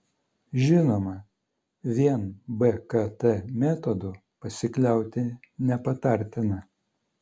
žinoma vien bkt metodu pasikliauti nepatartina